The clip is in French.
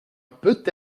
peut